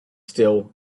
still